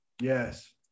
Yes